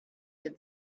did